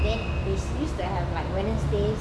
then they used to have like wednesdays